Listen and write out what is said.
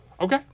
Okay